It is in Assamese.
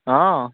অঁ